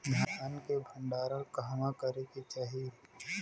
धान के भण्डारण कहवा करे के चाही?